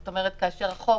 זאת אומרת כאשר החוק